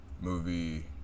movie